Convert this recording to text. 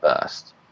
first